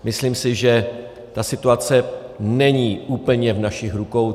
Myslím si, že ta situace není úplně v našich rukou.